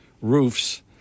roofs